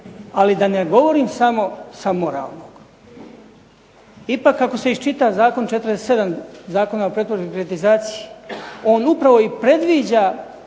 Ali da ne govorim samo sa moralnog, ipak ako se iščita članak 47. Zakona o pretvorbi i privatizaciji on upravo i predviđa